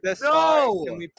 no